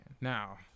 Now